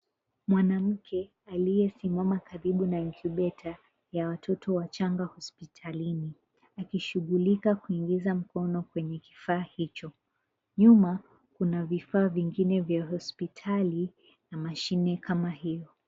Mwanamke aliyesimama karibu na incubator ya watoto wachanga hospitalini, akishughulika kuingiza mkono kwenye kifaa hicho. Nyuma kuna vifaa vingine vya hospitali na mashine kama hiyo.